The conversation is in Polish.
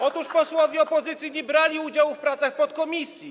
Otóż posłowie opozycji nie brali udziału w pracach podkomisji.